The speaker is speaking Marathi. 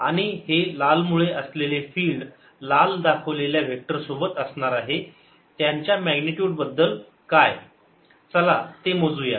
आणि हे लाल मुळे असलेले फील्ड लाल दाखवलेल्या व्हेक्टर सोबत असणार आहे त्यांच्या मॅग्निट्युड बद्दल काय चला ते मोजू या